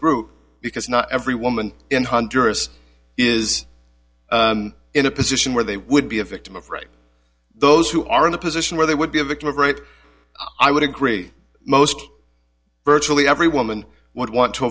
group because not every woman in honduras is in a position where they would be a victim of rape those who are in a position where they would be a victim of rape i would agree most virtually every woman would want to